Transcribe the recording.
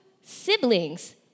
siblings